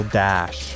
dash